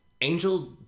Angel